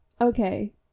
okay